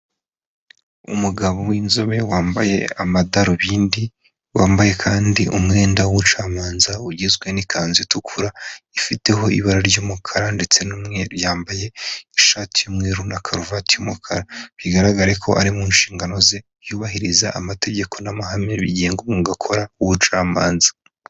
Umugabo w'inzobe wambaye amadarubindi, wambaye kandi umwenda w'ubucamanza ugizwe n'ikanzu itukura ifiteho ibara ry'umukara ndetse n'umweru, yambaye ishati y'umweru na karuvati y'umukara, bigaragarare ko ari mu nshingano ze yubahiriza amategeko n'amahame bigenga umwuga akora w'ubucamanza.